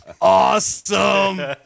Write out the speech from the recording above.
awesome